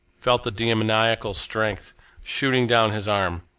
felt the demoniacal strength shooting down his arm,